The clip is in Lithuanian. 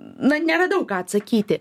na neradau ką atsakyti